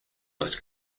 was